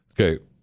Okay